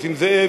נסים זאב,